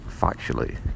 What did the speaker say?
factually